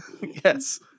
Yes